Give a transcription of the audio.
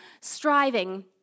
striving